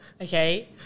okay